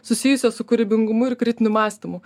susijusios su kūrybingumu ir kritiniu mąstymu